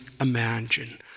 imagine